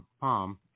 palm